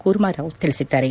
ಕೂರ್ಮಾರಾವ್ ತಿಳಿಸಿದ್ದಾರೆ